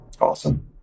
Awesome